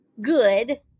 good